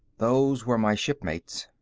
those were my shipmates.